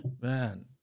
man